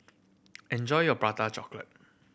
enjoy your Prata Chocolate